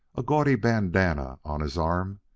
a gaudy bandanna on his arm,